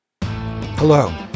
Hello